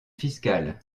fiscal